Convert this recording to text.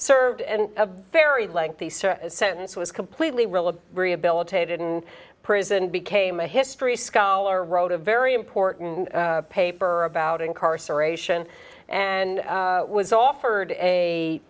served and a very lengthy sentence was completely really rehabilitated in prison became a history scholar wrote a very important paper about incarceration and was offered a